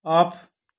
off